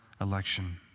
election